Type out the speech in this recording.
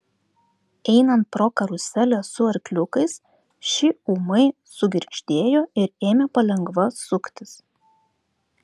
einant pro karuselę su arkliukais ši ūmai sugirgždėjo ir ėmė palengva suktis